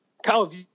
Kyle